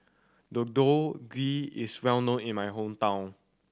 Deodeok Gui is well known in my hometown